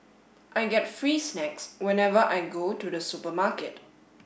I get free snacks whenever I go to the supermarket